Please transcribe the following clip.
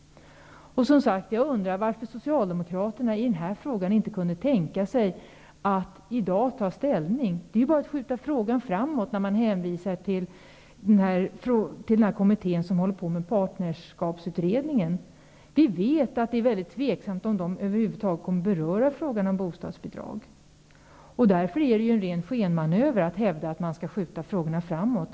Jag undrar även varför Socialdemokraterna i denna fråga inte kunde tänka sig att i dag ta ställning. Det innebär ju bara att skjuta frågan framåt när Socialdemokraterna hänvisar till den kommitté som arbetar med partnerskapsutredningen. Vi vet att det är mycket osäkert om denna kommitté över huvud taget kommer att beröra frågan om bostadsbidrag. Därför är det en ren skenmanöver att hävda att man skall skjuta frågorna framåt.